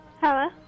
Hello